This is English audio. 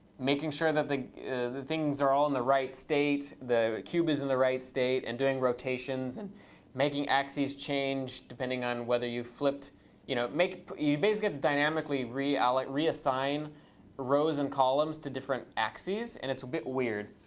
making sure that the the things are all in the right state, the cube is in the right state, and doing rotations, and making axes change depending on whether you've flipped you know you basically dynamically reassign like reassign rows and columns to different axes. and it's a bit weird.